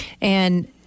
And-